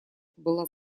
была